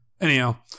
Anyhow